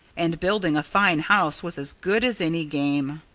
and building a fine house was as good as any game.